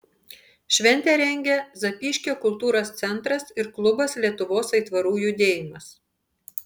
šventę rengia zapyškio kultūros centras ir klubas lietuvos aitvarų judėjimas